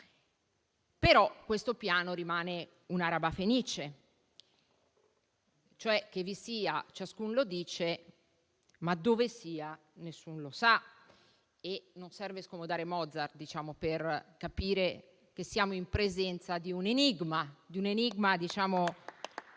Questo Piano, però, rimane un'araba fenice: che vi sia ciascun lo dice, ma dove sia nessun lo sa. E non serve scomodare Mozart per capire che siamo in presenza di un enigma, un enigma che,